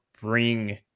bring